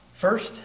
First